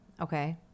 Okay